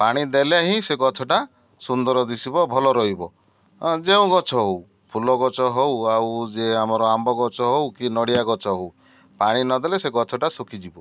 ପାଣି ଦେଲେ ହିଁ ସେ ଗଛଟା ସୁନ୍ଦର ଦିଶିବ ଭଲ ରହିବ ଯେଉଁ ଗଛ ହଉ ଫୁଲ ଗଛ ହଉ ଆଉ ଯେ ଆମର ଆମ୍ବ ଗଛ ହଉ କି ନଡ଼ିଆ ଗଛ ହଉ ପାଣି ନଦେଲେ ସେ ଗଛଟା ଶୁଖିଯିବ